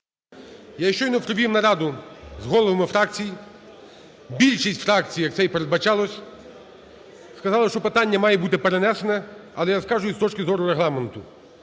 Я щойно провів нараду з головами фракцій. Більшість фракцій, як це й передбачалось, сказали, що питання має бути перенесене, але я скажу з точки зору Регламенту.